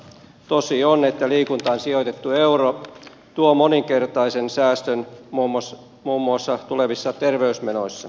tosi on että liikuntaan sijoitettu euro tuo moninkertaisen säästön muun muassa tulevissa terveysmenoissa